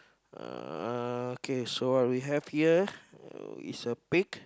uh okay so what do we have here uh is a pig